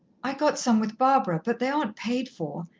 i got some with barbara, but they aren't paid for.